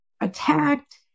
attacked